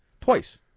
Twice